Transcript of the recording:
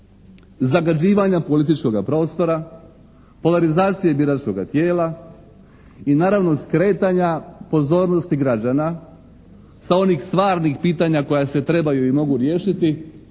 zagađivanja političkoga prostora, polarizacije biračkoga tijela i naravno skretanja pozornosti građana sa onih stvarnih pitanja koja se trebaju i mogu riješiti